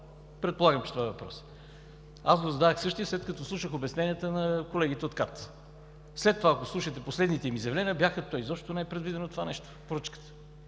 Предполагам, че това е въпросът. Аз го зададох същия, след като слушах обясненията на колегите от КАТ. След това, ако слушахте последните им изявления, бяха, че то изобщо не е предвидено това нещо в поръчката.